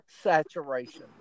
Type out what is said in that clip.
saturation